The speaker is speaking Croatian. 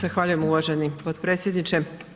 Zahvaljujem uvaženi potpredsjedniče.